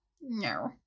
no